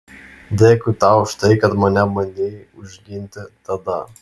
dėkui tau už tai kad mane bandei užginti tada